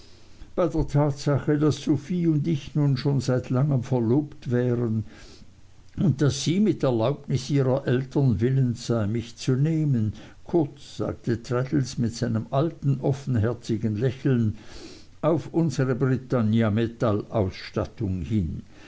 bei der tatsache daß sophie und ich nun schon seit langem verlobt wären und daß sie mit erlaubnis ihrer eltern willens sei mich zu nehmen kurz sagte traddles mit seinem alten offenherzigen lächeln auf unsere britannia metall ausstattung hin